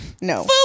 No